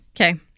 Okay